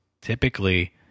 typically